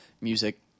music